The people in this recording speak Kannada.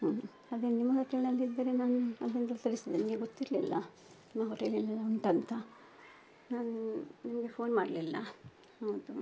ಹ್ಞೂ ಅದೇ ನಿಮ್ಮ ಹೋಟೆಲ್ನಲ್ಲಿದ್ದರೆ ನಾನು ಅದೆಲ್ಲ ತರಿಸ್ತಿದ್ದೆ ನನಗೆ ಗೊತ್ತಿರಲಿಲ್ಲ ನಿಮ್ಮ ಹೋಟೆಲಿನಲ್ಲಿ ಎಲ್ಲ ಉಂಟಂತ ನಾನು ನಿಮಗೆ ಫೋನ್ ಮಾಡಲಿಲ್ಲ ಹೌದು